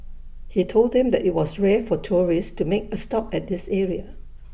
he told them that IT was rare for tourists to make A stop at this area